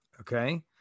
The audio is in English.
Okay